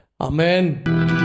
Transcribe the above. Amen